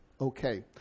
okay